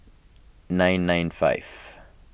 nine nine five